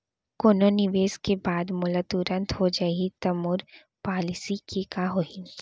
कोनो निवेश के बाद मोला तुरंत हो जाही ता मोर पॉलिसी के का होही?